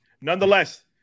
nonetheless